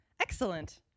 Excellent